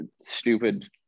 stupid